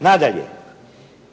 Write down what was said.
Nadalje,